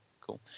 cool